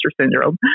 syndrome